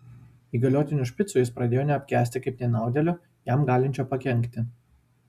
įgaliotinio špico jis pradėjo neapkęsti kaip nenaudėlio jam galinčio pakenkti